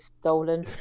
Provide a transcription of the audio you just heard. stolen